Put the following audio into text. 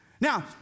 Now